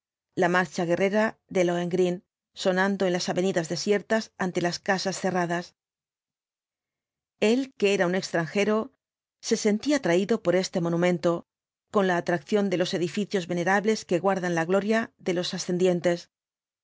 la marcha guerrera de lohengrin sonando en las avenidas desiertas ante las casas cerradas el que era un extranjero se sentía atraído por este monumento con la atracción de los edificios venerables que guardan la gloria de los ascendientes